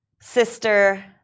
Sister